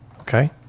okay